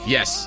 Yes